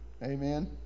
Amen